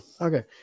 Okay